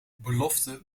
belofte